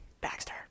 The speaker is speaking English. baxter